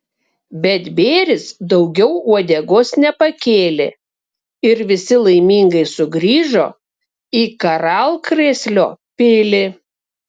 bet bėris daugiau uodegos nepakėlė ir visi laimingai sugrįžo į karalkrėslio pilį